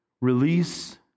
release